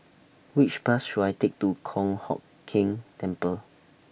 Which Bus should I Take to Kong Hock Keng Temple